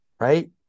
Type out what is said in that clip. Right